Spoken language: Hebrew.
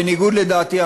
בניגוד לדעתי,